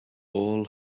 all